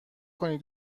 کنین